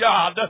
God